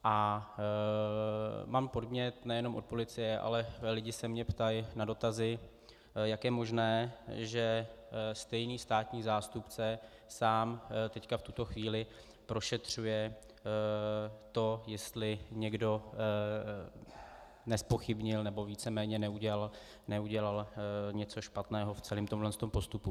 A mám podnět nejenom od policie, ale lidi se mě ptají na dotazy, jak je možné, že stejný státní zástupce sám teď v tuto chvíli prošetřuje to, jestli někdo nezpochybnil nebo víceméně neudělal něco špatného v celém tomto postupu.